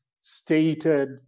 stated